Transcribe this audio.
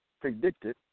predicted